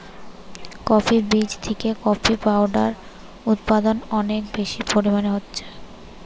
coffee বীজ থিকে coffee powder উদপাদন অনেক বেশি পরিমাণে হচ্ছে